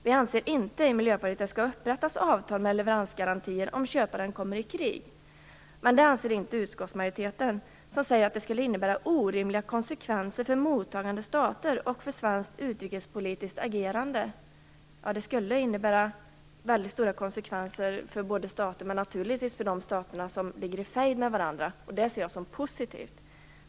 Vi i Miljöpartiet anser att det inte skall upprättas avtal med leveransgarantier om köparen kommer i krig. Men det anser inte utskottsmajoriteten som säger att det skulle innebära orimliga konsekvenser för mottagande stater och för svenskt utrikespolitiskt agerande. Det skulle innebära väldigt stora konsekvenser för många stater, och naturligtvis för de stater som ligger i fejd med varandra. Det ser jag som positivt.